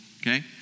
okay